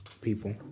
people